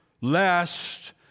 lest